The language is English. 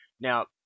Now